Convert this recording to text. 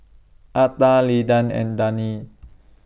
Atha Lyda and Daneen